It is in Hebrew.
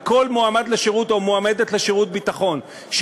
וכל מועמד לשירות או מועמדת לשירות ביטחון,